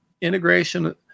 integration